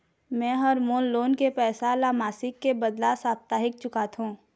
में ह मोर लोन के पैसा ला मासिक के बदला साप्ताहिक चुकाथों